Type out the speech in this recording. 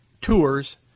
tours